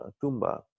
Tumba